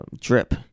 drip